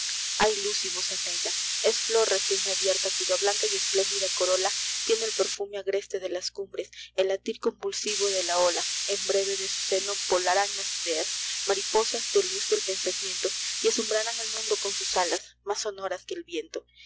hay luz y voz en ella es flor recien abierta cuya blanca y espléndida corola tiene el perfume agreste de las cumbres y el latir convulsivo de la ola en breve de su seno volarán las ideas mariposas de luz del pensamientoy asombrarán al mundo con sus alas mas sonoras que el viento